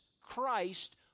Christ